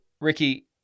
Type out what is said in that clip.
Ricky